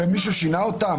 ומישהו שינה אותם?